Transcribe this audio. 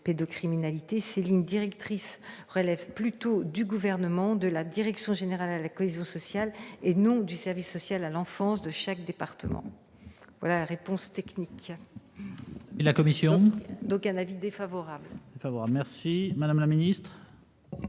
pédocriminalité. Ces lignes directrices relèvent plutôt du Gouvernement, de la Direction générale à la cohésion sociale, et non du service social à l'enfance de chaque département. Cette réponse technique conduit la commission à émettre un avis défavorable sur cet amendement.